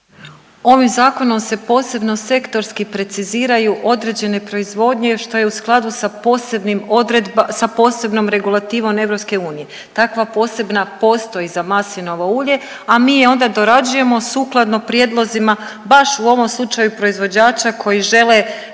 Ovim zakonom se posebno sektorski preciziraju određene proizvodnje što je u skladu sa posebnim, sa posebnom regulativom EU. Takva posebna postoji za maslinovo ulje, a mi je onda dorađujemo sukladno prijedlozima baš u ovom slučaju proizvođača koji žele,